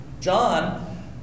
John